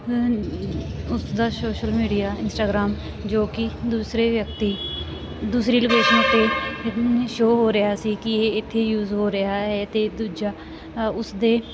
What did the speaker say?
ਉਸਦਾ social media Instagram ਜੋ ਕਿ ਦੂਸਰੇ ਵਿਅਕਤੀ ਦੂਸਰੀ ਲੋਕੇਸ਼ਨ 'ਤੇ ਸ਼ੋ ਹੋ ਰਿਹਾ ਸੀ ਕਿ ਇਹ ਇੱਥੇ ਯੂਜ ਹੋ ਰਿਹਾ ਹੈ ਅਤੇ ਦੂਜਾ ਉਸਦੇ